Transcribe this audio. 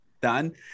Done